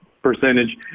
percentage